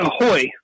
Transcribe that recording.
Ahoy